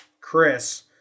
Chris